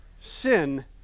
sin